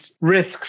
risks